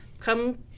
Come